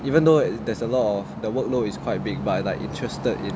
even though there's a lot of the workload is quite big but I like interested in